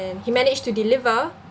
he managed to deliver